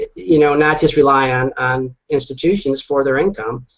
you know not just rely on on institutions for their income.